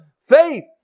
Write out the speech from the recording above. faith